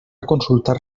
consultar